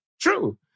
true